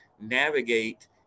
navigate